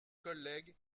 collègues